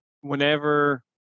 whenever